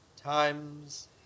time's